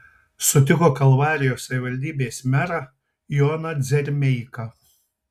sutiko kalvarijos savivaldybės merą joną dzermeiką